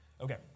Okay